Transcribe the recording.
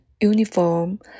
uniform